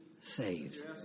saved